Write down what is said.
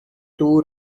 two